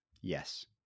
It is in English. yes